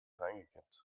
reingekippt